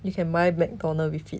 you can buy mcdonald with it